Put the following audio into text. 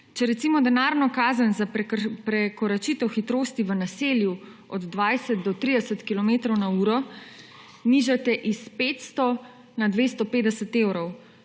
če recimo denarno kazen za prekoračitev hitrosti v naselju od 20 do 30 kilometrov na uro nižate s 500 na 250 evrov,